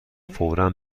فورا